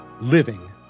living